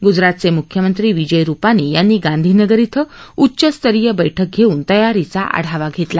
ग्जरातचे मुख्यमंत्री विजय रूपानी यांनी गांधीनगर इथं उच्चस्तरीय बैठक घेऊन तयारीचा आढावा घेतला